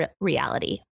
reality